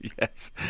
yes